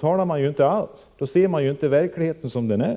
talar man ju inte alls. Då ser man inte verkligheten som den är.